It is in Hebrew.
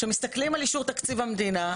כשמסתכלים על אישור תקציב המדינה,